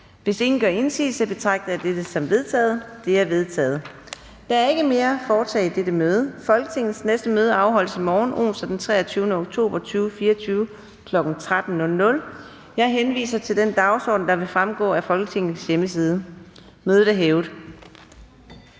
--- Kl. 17:15 Meddelelser fra formanden Anden næstformand (Karina Adsbøl): Der er ikke mere at foretage i dette møde. Folketingets næste møde afholdes i morgen, onsdag den 23. oktober 2024, kl. 13.00. Jeg henviser til den dagsorden, der vil fremgå af Folketings hjemmeside. Mødet er hævet.